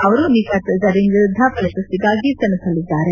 ಅವರು ನಿಕತ್ ಜರೀನ್ ವಿರುದ್ದ ಪ್ರಶಸ್ತಿಗಾಗಿ ಸೆಣಸಲಿದ್ದಾರೆ